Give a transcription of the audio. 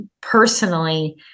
personally